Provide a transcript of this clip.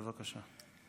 בבקשה.